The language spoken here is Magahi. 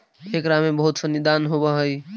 एकरा में बहुत सनी दान होवऽ हइ